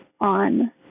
on